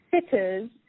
sitters